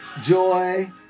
Joy